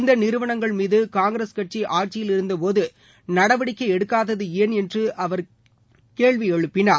இந்த நிறுவனங்கள் மீது காங்கிரஸ் கட்சி ஆட்சியிலிருந்தபோது நடவடிக்கை எடுக்காதது ஏன் என்று அவர் கேள்வி எழுப்பினார்